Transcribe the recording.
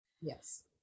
Yes